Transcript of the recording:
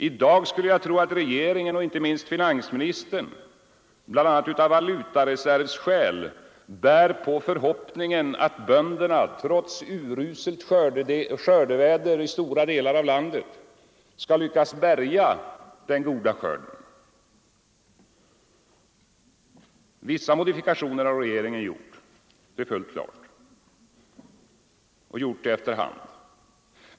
I dag skulle jag tro att regeringen och inte minst finansministern bl.a. av valutareservsskäl bär på förhoppningen att bönderna trots uruselt skördeväder i stora delar av landet skall lyckas bärga den goda skörden. Vissa modifikationer har regeringen gjort efter hand. Det är fullt klart.